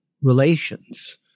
relations—